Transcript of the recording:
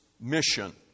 mission